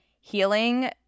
healing